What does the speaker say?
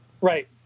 Right